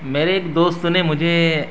میرے ایک دوست نے مجھے